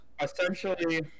Essentially